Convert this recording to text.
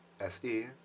SE